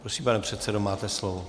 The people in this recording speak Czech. Prosím, pane předsedo, máte slovo.